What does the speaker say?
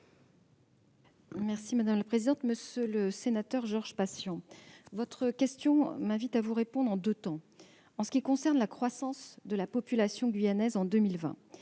Mme la ministre déléguée. Monsieur le sénateur Georges Patient, votre question m'invite à vous répondre en deux temps. En ce qui concerne la croissance de la population guyanaise en 2020,